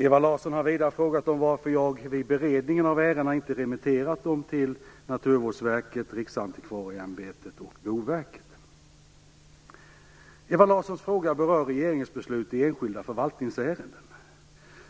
Ewa Larsson har vidare frågat om varför jag vid beredningen av ärendena inte remitterat dem till Naturvårdsverket, Ewa Larssons fråga berör regeringsbeslut i enskilda förvaltningsärenden.